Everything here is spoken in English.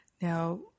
Now